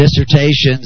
dissertations